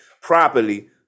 properly